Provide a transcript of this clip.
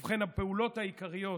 ובכן, הפעולות העיקריות: